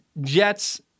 Jets